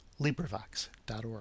LibriVox.org